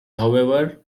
however